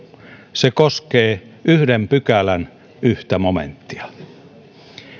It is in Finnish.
se koskee yhden pykälän yhtä momenttia